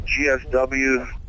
GSW